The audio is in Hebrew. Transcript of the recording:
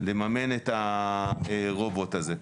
לממן את הרובוט הזה.